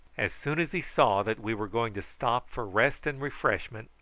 as soon as he saw that we were going to stop for rest and refreshment,